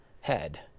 head